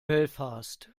belfast